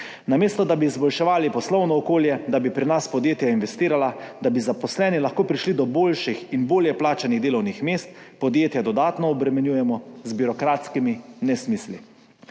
Namesto da bi izboljševali poslovno okolje, da bi pri nas podjetja investirala, da bi zaposleni lahko prišli do boljših in bolje plačanih delovnih mest, podjetja dodatno obremenjujemo z birokratskimi nesmisli.